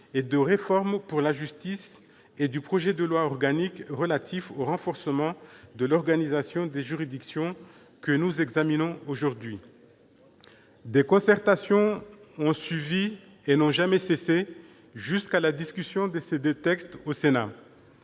et de réforme pour la justice et du projet de loi organique relatif au renforcement de l'organisation des juridictions, textes que nous examinons aujourd'hui. Des concertations ont suivi, et elles n'ont jamais cessé jusqu'à la discussion de ces deux textes au Sénat.